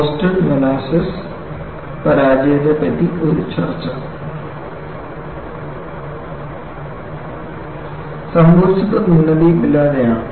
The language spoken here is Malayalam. ബോസ്റ്റൺ മോളാസസ് പരാജയത്തെ പറ്റി ഒരു ചർച്ച സംഭവിച്ചത് മുന്നറിയിപ്പില്ലാതെയാണ്